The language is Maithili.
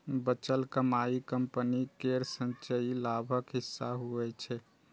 बचल कमाइ कंपनी केर संचयी लाभक हिस्सा होइ छै